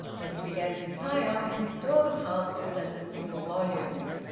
then he began to tie up and restore the parcels and the single volumes.